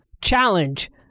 challenge